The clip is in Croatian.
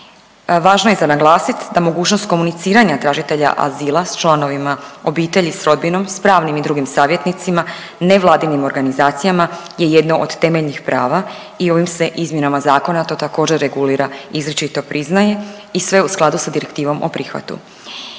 Važno je za naglasit da mogućnost komuniciranja tražitelja azila s članovi obitelji i s rodbinom, s pravnim i drugim savjetnicima, nevladinim organizacijama je jedno od temeljnih prava i ovim se izmjenama zakona to također regulira i izričito priznaje i sve u skladu sa Direktivom o prihvatu.